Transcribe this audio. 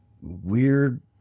weird